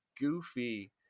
goofy